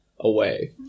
away